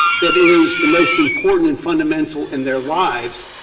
that is the most important and fundamental in their lives,